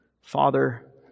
Father